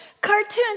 cartoons